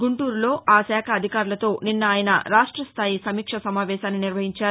గుంటూరులో ఆశాఖ అధికారులతో నిన్న ఆయన రాష్టస్టాయి సమీక్షా సమావేశాన్ని నిర్వహించారు